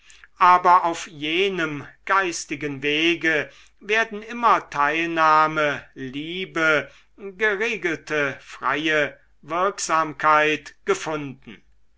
aber auf jenem geistigen wege werden immer teilnahme liebe geregelte freie wirksamkeit gefunden